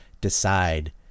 decide